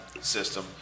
system